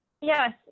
Yes